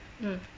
mm